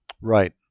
Right